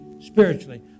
spiritually